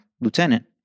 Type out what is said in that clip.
lieutenant